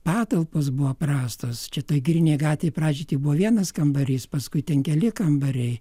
patalpos buvo prastos čia toj girinėj gatvėj pradžioj buvo vienas kambarys paskui ten keli kambariai